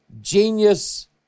genius